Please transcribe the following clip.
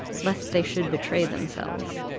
lest they should betray themselves.